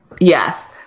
Yes